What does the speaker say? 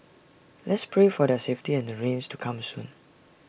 let's pray for their safety and the rains to come soon